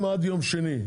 אם עד יום שני,